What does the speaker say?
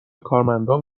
کارمندان